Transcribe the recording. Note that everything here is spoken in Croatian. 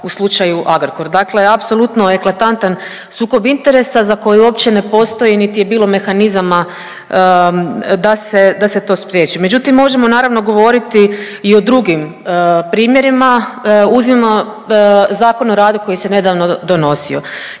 u slučaju Agrokor. Dakle, apsolutno eklatantan sukob interesa za koji uopće ne postoji niti je bilo mehanizama da se to spriječi. Međutim, možemo naravno govoriti i o drugim primjerima uzmimo Zakon o radu koji se nedavno donosio.